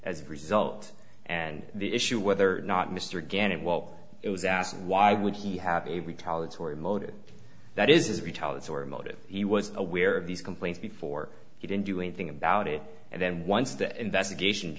as a result and the issue whether or not mr ghanem well it was asked and why would he have a retaliatory motive that is retaliatory motive he was aware of these complaints before he didn't do anything about it and then once the investigation